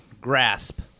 grasp